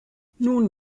nun